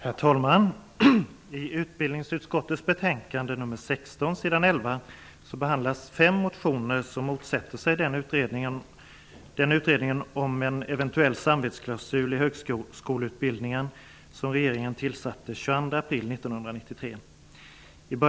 Fru talman! I utbildningsutskottets betänkande nr 16 s. 11 behandlas fem motioner där man motsätter sig den utredning om en eventuell samvetsklausul i högskoleutbildningen som regeringen tillsatte den 22 april 1993.